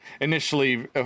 initially